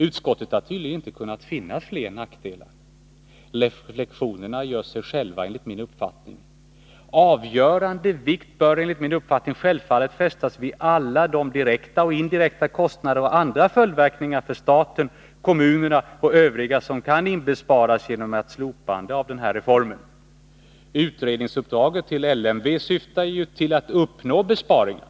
Utskottet har tydligen inte kunnat finna fler nackdelar. Reflexionerna gör sig själva enligt min Nr 112 uppfattning. Avgörande vikt bör självfallet fästas vid alla de direkta och Onsdagen den indirekta kostnader samt andra följdverkningar för staten, kommunerna och 6 april 1983 övriga som kan inbesparas genom ett slopande av den nuvarande reformen. Utredningsuppdraget till LMV syftade ju till att uppnå besparingar.